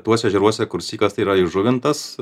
tuose ežeruose kur sykas yra įžuvintas